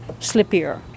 slippier